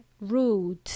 rude